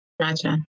Gotcha